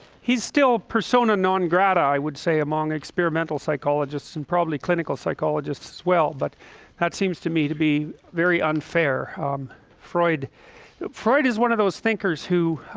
he's still persona non grata, i would say among experimental psychologists and probably clinical psychologists as well but that seems to me to be very unfair freud freud is one of those thinkers who?